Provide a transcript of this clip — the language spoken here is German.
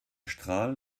strahl